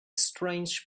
strange